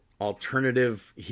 alternative